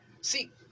See